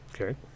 okay